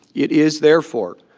it is, therefore,